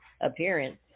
appearance